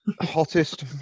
Hottest